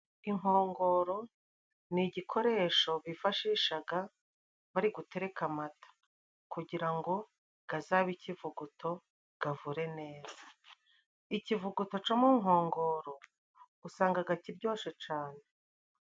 Inkongoro ni igikoresho bifashishaga bari gutereka amata, kugira ngo gazabe ikivuguto gavure neza. Ikivuguto co mu nkongoro usangaga kiryoshe cane.